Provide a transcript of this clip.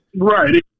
Right